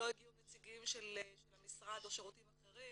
לא הגיעו נציגים של המשרד או שירותים אחרים,